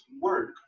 work